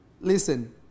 Listen